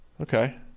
Okay